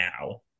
now